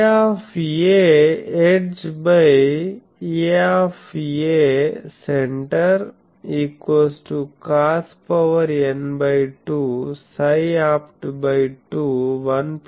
Aedge Acentre cosn2ψopt21cosψopt2 గా ఉంటుంది